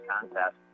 contest